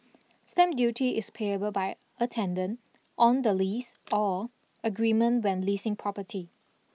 stamp duty is payable by a tenant on the lease or agreement when leasing property